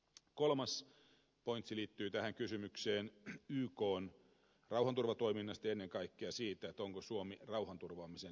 kolmas pointsi liittyy kysymykseen ykn rauhanturvatoiminnasta ja ennen kaikkea siitä onko suomi rauhanturvaamisen suurvalta